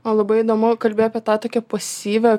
man labai įdomu kalbi apie tą tokią pasyvią